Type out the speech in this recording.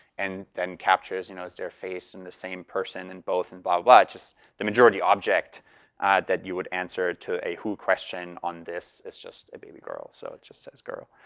and then, captures, you know is their face in the same person and both. and but but the majority object that you would answer to a who question on this is just a baby girl, so it just says girl.